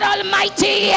Almighty